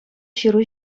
ҫыру